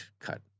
cut